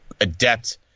adept